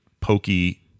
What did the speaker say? pokey